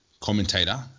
commentator